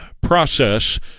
process